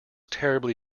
terribly